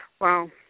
Wow